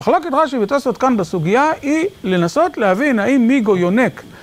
בחלק התחשיב לתעשות כאן בסוגיה היא לנסות להבין האם מי גויונק